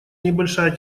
небольшая